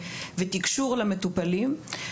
תקשור למטופלים.